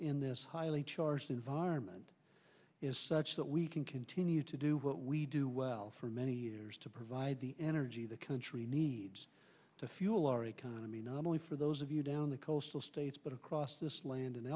in this highly charged environment is such that we can continue to do what we do well for many years to provide the energy the country needs to fuel our economy not only for those of you down the coastal states but across this land and